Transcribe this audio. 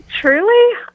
truly